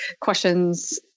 questions